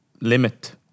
limit